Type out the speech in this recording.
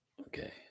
Okay